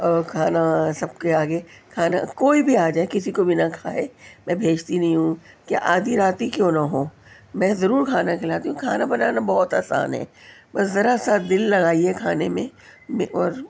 اور کھانا سب کے آگے کھانا کوئی بھی آجائے کسی کو بنا کھائے میں بھیجتی نہیں ہوں کیا آدھی رات ہی کیوں نا ہو میں ضرور کھانا کھلاتی ہوں کھانا بنانا بہت آسان ہے بس ذرا سا دل لگائیے کھانے میں اور